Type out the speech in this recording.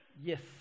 Yes